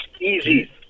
Easy